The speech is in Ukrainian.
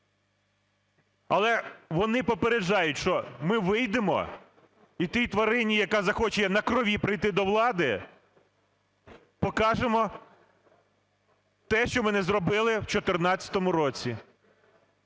але вони попереджають, що: "Ми вийдемо, і тій тварині, яка захоче на крові прийти до влади, покажемо те, що ми не зробили в 14-му році".